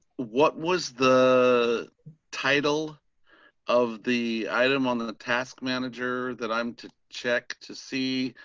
what was the title of the item on and the task manager that i'm to check to see.